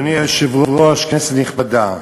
אדוני היושב-ראש, כנסת נכבדה,